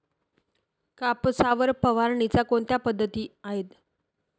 कापसावर फवारणीच्या कोणत्या पद्धती आहेत?